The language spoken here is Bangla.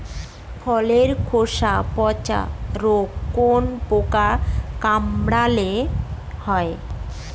ফলের খোসা পচা রোগ কোন পোকার কামড়ে হয়?